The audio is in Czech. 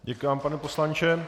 Děkuji vám, pane poslanče.